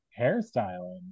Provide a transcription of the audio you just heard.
hairstyling